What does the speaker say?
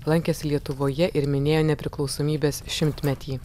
lankėsi lietuvoje ir minėjo nepriklausomybės šimtmetį